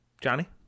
Johnny